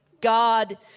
God